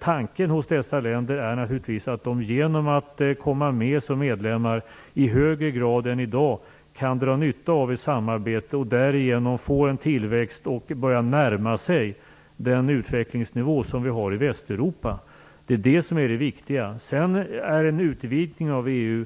Tanken hos dessa länder är naturligtvis att de genom att komma med som medlemmar i högre grad än i dag skall kunna dra nytta av ett samarbete, och därigenom få tillväxt och börja närma sig den utvecklingsnivå vi har i Västeuropa. Det är det viktiga. En utvidgning av EU